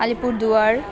Alipurduar